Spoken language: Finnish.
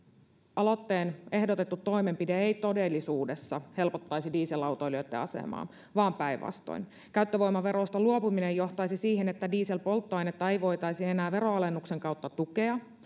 aloitteen ehdotettu toimenpide ei todellisuudessa helpottaisi dieselautoilijoiden asemaa vaan päinvastoin käyttövoimaverosta luopuminen johtaisi siihen että dieselpolttoainetta ei voitaisi enää veronalennuksen kautta tukea